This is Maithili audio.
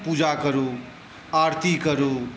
पूजा करू आरती करू